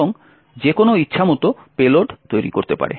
বরং যেকোনো ইচ্ছামত পেলোড তৈরি করতে পারে